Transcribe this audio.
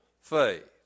faith